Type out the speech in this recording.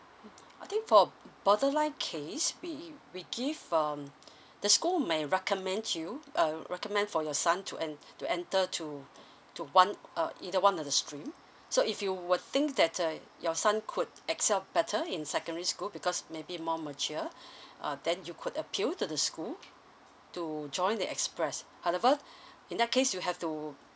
I think for bottom line case we we give um the school may recommend you uh recommend for your son to en~ to enter to to one uh either one of the stream so if you would think that uh your son could excel better in secondary school because maybe more mature uh then you could appeal to the school to join the express however in that case you have to